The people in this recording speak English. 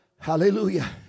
Hallelujah